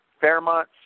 Fairmont